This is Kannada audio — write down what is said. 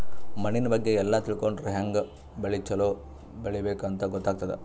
ಮಣ್ಣಿನ್ ಬಗ್ಗೆ ಎಲ್ಲ ತಿಳ್ಕೊಂಡರ್ ಹ್ಯಾಂಗ್ ಬೆಳಿ ಛಲೋ ಬೆಳಿಬೇಕ್ ಅಂತ್ ಗೊತ್ತಾಗ್ತದ್